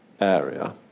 area